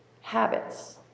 habits